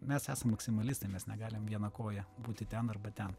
mes esam maksimalistai mes negalim viena koja būti ten arba ten